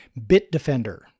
Bitdefender